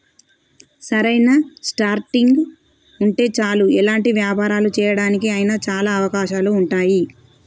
సరైన స్టార్టింగ్ ఉంటే చాలు ఎలాంటి వ్యాపారాలు చేయడానికి అయినా చాలా అవకాశాలు ఉంటాయి